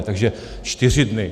Takže čtyři dny.